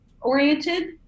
oriented